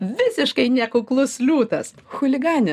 visiškai nekuklus liūtas chuliganė